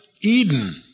Eden